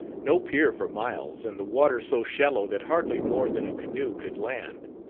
no pier for miles, and the water so shallow that hardly more than a canoe could land.